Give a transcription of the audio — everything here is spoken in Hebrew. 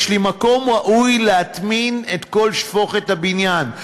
יש לי מקום ראוי להטמנת כל שפוכת הבניין.